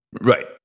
right